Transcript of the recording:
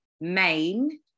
main